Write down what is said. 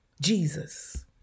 Jesus